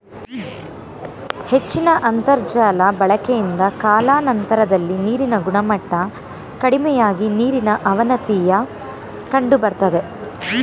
ಹೆಚ್ಚಿದ ಅಂತರ್ಜಾಲ ಬಳಕೆಯಿಂದ ಕಾಲಾನಂತರದಲ್ಲಿ ನೀರಿನ ಗುಣಮಟ್ಟ ಕಡಿಮೆಯಾಗಿ ನೀರಿನ ಅವನತಿಯ ಕಂಡುಬರ್ತದೆ